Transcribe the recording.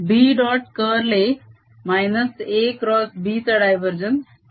karlA AxB चा divergence